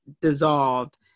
dissolved